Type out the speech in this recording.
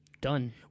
done